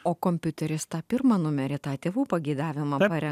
o kompiuteris tą pirmą numerį tą tėvų pageidavimą parenka